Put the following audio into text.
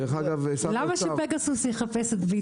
למה שפגסוס יחפש את ביטון?